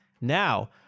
Now